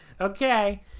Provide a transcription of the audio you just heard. Okay